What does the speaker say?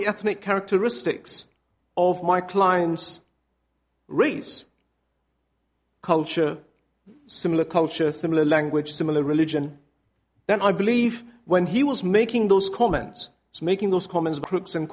the ethnic characteristics of my clients reese culture similar culture similar language similar religion then i believe when he was making those comments making those comments groups and